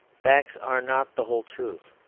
facts are not the whole truth.